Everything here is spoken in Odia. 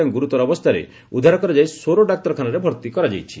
ତାଙ୍କୁ ଗୁରୁତର ଅବସ୍ଷାରେ ଉଦ୍ଧାର କରାଯାଇ ସୋର ଡାକ୍ତରଖାନାରେ ଭର୍ତି କରାଯାଇଛି